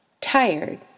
tired